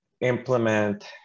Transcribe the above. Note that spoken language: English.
implement